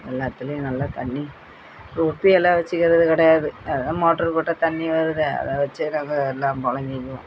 எல்லாத்துலேயும் நல்லா தண்ணி ரொப்பி எல்லாம் வச்சுக்கிறது கிடையாது அதான் மோட்ரு போட்டால் தண்ணி வருது அதை வச்சே நாங்கள் எல்லாம் பொழங்கிக்கிவோம்